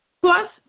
Plus